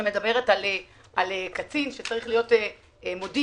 שמדבר על קצין שצריך להיות מודיע,